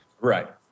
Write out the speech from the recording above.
Right